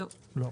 לא.